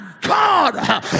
God